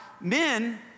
men